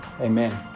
amen